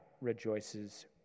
rejoices